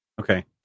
Okay